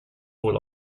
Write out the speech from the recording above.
wohl